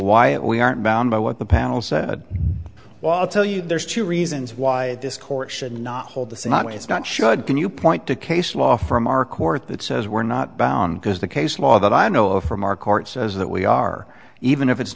why we aren't bound by what the panel said well i'll tell you there's two reasons why this court should not hold the same way it's not should can you point to case law from our court that says we're not bound because the case law that i know of from our court says that we are even if it's